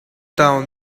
town